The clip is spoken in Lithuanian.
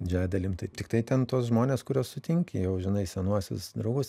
didžiąja dalim tai tiktai ten tuos žmones kuriuos sutinki jau žinai senuosius draugus